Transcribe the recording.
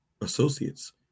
associates